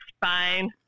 fine